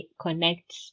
connect